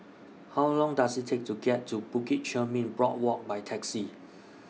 How Long Does IT Take to get to Bukit Chermin Boardwalk By Taxi